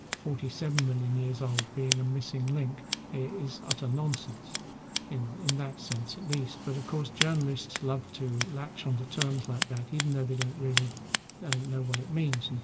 forty seven million years old, being a missing link is utter nonsense in in that sense at least, but of course journalists love to latch onto terms like that, even though they don't really know what it means.